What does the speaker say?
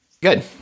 Good